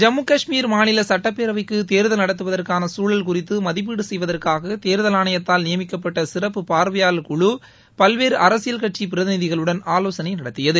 ஜம்மு கஷ்மீர் மாநில சுட்டப்பேரவைக்கு தேர்தல் நடத்துவதற்காள சூழல் குறித்து மதிப்பீடு செய்வதற்காக தேர்தல் ஆணையத்தால் நியமிக்கப்பட்ட சிறப்பு பார்வையாளர் குழு பல்வேறு அரசியல் கட்சி பிரதிநிதிகளுடன் ஆலோசனை நடத்தியது